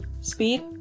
Speed